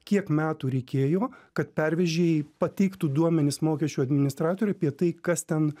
kiek metų reikėjo kad pervežėjai pateiktų duomenis mokesčių administratoriui apie tai kas ten